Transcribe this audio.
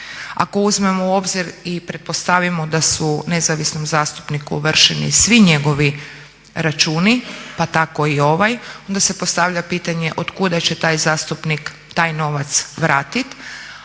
Ako uzmemo u obzir i pretpostavimo da su nezavisnom zastupniku ovršeni svi njegovi računi pa tako i ovaj, onda se postavlja pitanje otkuda će taj zastupnik taj novac vratit,